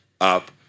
up